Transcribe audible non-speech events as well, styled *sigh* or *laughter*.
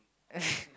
*laughs*